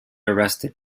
arrested